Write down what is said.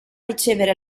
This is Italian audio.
ricevere